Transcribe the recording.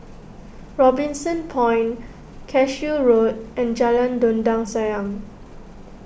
Robinson Point Cashew Road and Jalan Dondang Sayang